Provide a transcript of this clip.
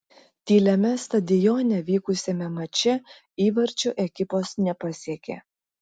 tyliame stadione vykusiame mače įvarčių ekipos nepasiekė